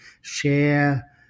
share